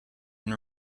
and